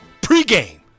pregame